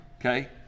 okay